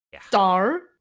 star